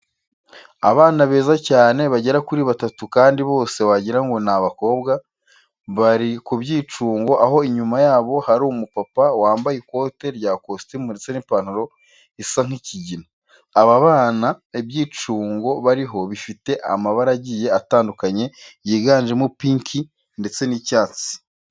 Abana beza cyane bagera kuri batatu kandi bose wagira ngo ni abakobwa, bari ku byicungo aho inyuma yabo hari umupapa wambaye ikote rya kositimu ndetse n'ipantaro isa nk'ikigina. Aba bana ibyicungo bariho bifite amabara agiye atandukanye yiganjemo pinki ndetse n'icyatsi.